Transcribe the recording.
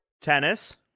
tennis